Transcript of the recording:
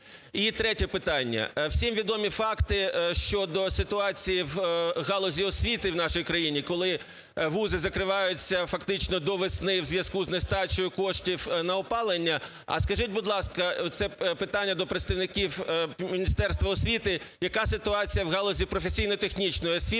І третє питання. Всім відомі факти щодо ситуації в галузі освіти в нашій країні, коли вузи закриваються фактично до весни у зв'язку з нестачею коштів на опалення. А скажіть, будь ласка, - це питання до представників Міністерства освіти, – яка ситуація в галузі професійно-технічної освіти,